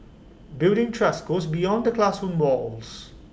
building trust goes beyond the classroom walls